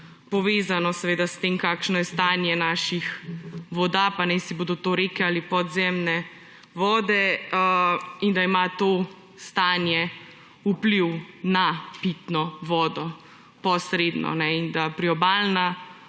povezano s tem, kakšno je stanje naših voda, pa najsi bodo to reke ali podzemne vode, in da ima to stanje vpliv na pitno vodo posredno in da priobalna